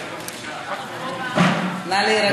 נא להירגע.